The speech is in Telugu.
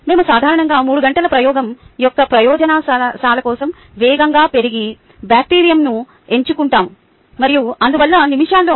మేము సాధారణంగా 3 గంటల ప్రయోగం యొక్క ప్రయోజనాల కోసం వేగంగా పెరిగే బాక్టీరియంను ఎంచుకుంటాము మరియు అందువల్ల నిమిషాల్లో